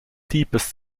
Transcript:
deepest